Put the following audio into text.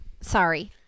sorry